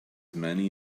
many